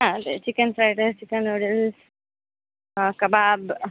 ಹಾಂ ಅದೇ chicken fried rice chicken noodles ಹಾಂ ಕಬಾಬ್